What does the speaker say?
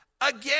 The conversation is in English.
again